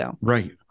Right